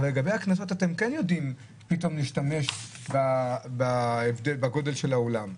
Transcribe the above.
אבל לגבי הקנסות אתם כן יודעים פתאום להשתמש בגודל של האולם.